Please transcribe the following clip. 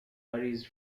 varies